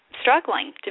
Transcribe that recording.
struggling